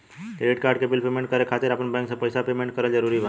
Credit card के bill payment करे खातिर आपन बैंक से पईसा पेमेंट करल जरूरी बा?